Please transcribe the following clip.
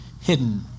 Hidden